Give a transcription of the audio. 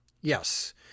Yes